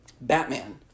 Batman